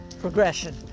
progression